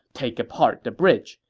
take apart the bridge,